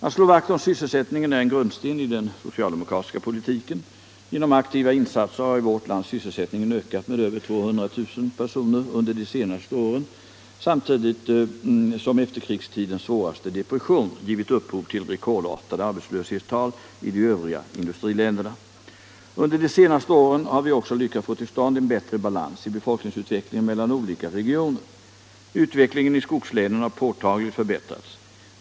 Att slå vakt om sysselsättningen är en grundsten i den socialdemokratiska politiken. Genom aktiva insatser har i vårt land sysselsättningen ökat med över 200 000 personer under de senaste åren samtidigt som efterkrigstidens svåraste depression givit upphov till rekordartade arbetslöshetstal i de övriga industriländerna. Under de senaste åren har vi också lyckats få till stånd en bättre balans i befolkningsutvecklingen mellan olika regioner. Utvecklingen i skogslänen har påtagligt förbättrats.